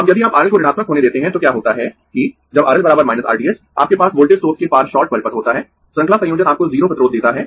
अब यदि आप RL को ऋणात्मक होने देते है तो क्या होता है कि जब RL R t h आपके पास वोल्टेज स्रोत के पार शॉर्ट परिपथ होता है श्रृंखला संयोजन आपको 0 प्रतिरोध देता है